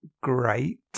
great